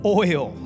oil